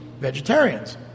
vegetarians